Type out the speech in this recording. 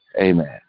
Amen